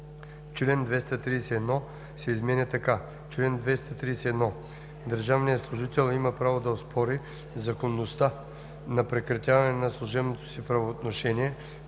Член 231 се изменя така: „Чл. 231. (1) Държавният служител има право да оспори законността на прекратяването на служебното си правоотношение